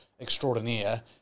Extraordinaire